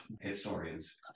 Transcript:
Historians